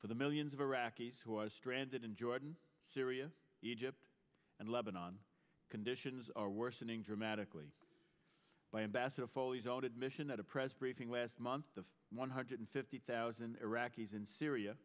for the millions of iraqis who are stranded in jordan syria egypt and lebanon conditions are worsening dramatically by ambassador foley's audit mission at a press briefing last month of one hundred fifty thousand iraqis in syria